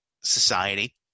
society